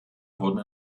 wurden